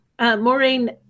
Maureen